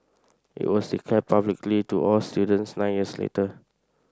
it was declared publicly to all students nine years later